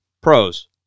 Pros